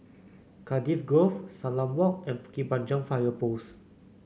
Cardiff Grove Salam Walk and Bukit Panjang Fire Post